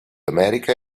america